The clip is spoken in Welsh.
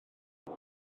beth